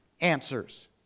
answers